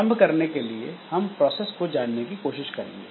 आरंभ करने के लिए हम प्रोसेस को जानने की कोशिश करेंगे